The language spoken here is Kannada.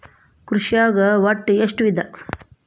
ಕೃಷಿನಾಗ್ ಒಟ್ಟ ಎಷ್ಟ ವಿಧ?